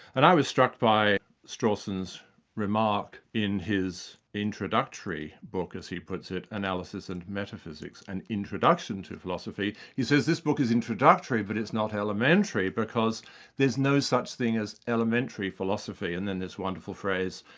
and i was struck by strawson's remark in his introductory book, as he puts it, analysis and metaphysics an introduction to philosophy, he says, this book is introductory but it's not elementary, because there's no such thing as elementary philosophy', and then this wonderful phrase,